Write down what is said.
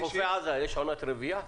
בחופי עזה יש עונת רבייה?